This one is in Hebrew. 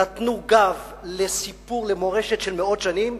נתנו גב לסיפור, למורשת של מאות שנים,